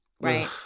right